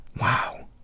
Wow